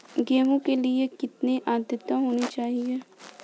गेहूँ के लिए कितनी आद्रता होनी चाहिए?